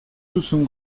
duzun